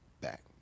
back